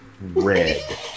red